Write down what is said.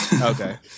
Okay